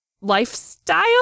lifestyle